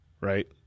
right